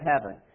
heaven